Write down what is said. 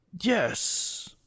Yes